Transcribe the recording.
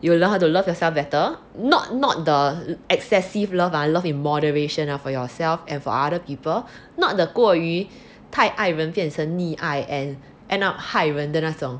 you will learn how to love yourself better not not the excessive love ah love in moderation ah for yourself and for other people not the 过于爱变成溺爱 and end up 变成害人的那种